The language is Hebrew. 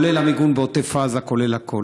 כולל המיגון בעוטף עזה, כולל הכול.